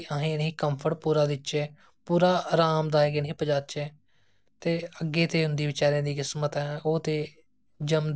ते ताहियैं करियै एह् साढ़ी परंमपरा गी जेहड़ी आर्ट एंड कराफ्ट दे बडे़ चिरे दी परम्परां ऐ